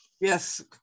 Yes